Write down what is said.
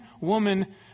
woman